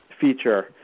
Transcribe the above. feature